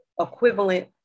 equivalent